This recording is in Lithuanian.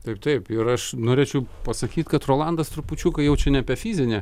taip taip ir aš norėčiau pasakyt kad rolandas trupučiuką jau čia ne apie fizinę